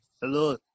Hello